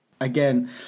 Again